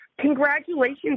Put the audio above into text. Congratulations